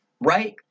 right